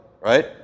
right